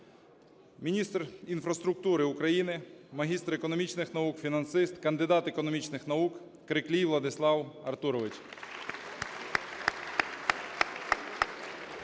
Міністр інфраструктури України – магістр економічних наук, фінансист, кандидат економічних наук Криклій Владислав Артурович